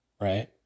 Right